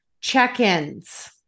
check-ins